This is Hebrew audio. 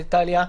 טליה,